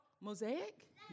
Mosaic